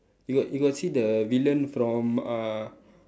you got you got see the villain from uh